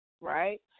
right